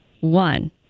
one